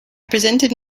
presented